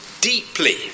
deeply